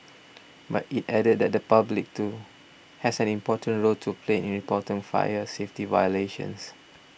but it added that the public too has an important role to play in reporting fire safety violations